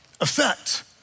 effect